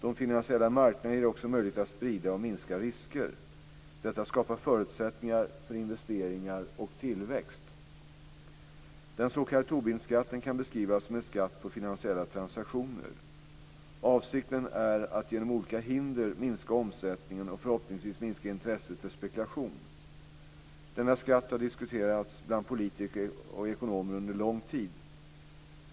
De finansiella marknaderna ger också möjlighet att sprida och minska risker. Detta skapar förutsättningar för investeringar och tillväxt. Den s.k. Tobinskatten kan beskrivas som en skatt på finansiella transaktioner. Avsikten är att genom olika hinder minska omsättningen och förhoppningsvis minska intresset för spekulation. Denna skatt har diskuterats bland politiker och ekonomer under lång tid.